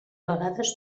vegades